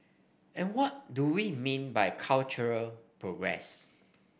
and what do we mean by cultural progress